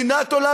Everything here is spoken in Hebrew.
נא לסיים, אדוני.